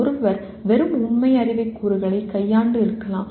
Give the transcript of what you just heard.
ஒருவர் வெறும் உண்மை அறிவு கூறுகளை கையாண்டு இருக்கலாம்